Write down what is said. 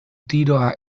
tiroa